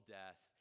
death